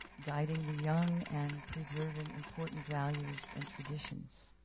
guiding the young and preserving important values and traditions.